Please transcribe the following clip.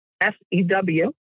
S-E-W